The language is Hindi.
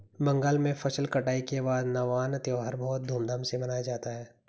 बंगाल में फसल कटाई के बाद नवान्न त्यौहार बहुत धूमधाम से मनाया जाता है